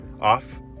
off